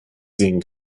sehen